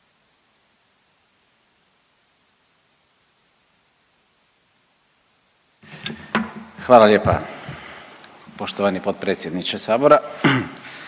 Hvala lijepa poštovani potpredsjedniče.